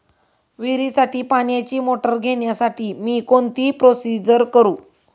विहिरीसाठी पाण्याची मोटर घेण्यासाठी मी कोणती प्रोसिजर करु?